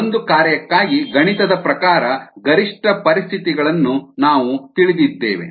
ಒಂದು ಕಾರ್ಯಕ್ಕಾಗಿ ಗಣಿತದ ಪ್ರಕಾರ ಗರಿಷ್ಠ ಪರಿಸ್ಥಿತಿಗಳನ್ನು ನಾವು ತಿಳಿದಿದ್ದೇವೆ